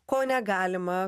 ko negalima